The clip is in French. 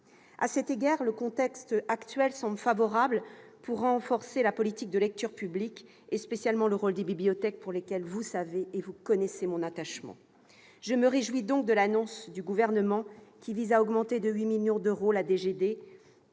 À cet égard, le contexte actuel semble favorable pour renforcer la politique de lecture publique, et spécialement le rôle des bibliothèques, pour lesquelles vous connaissez mon attachement. Je me réjouis donc de l'annonce du Gouvernement, qui vise à augmenter de 8 millions d'euros la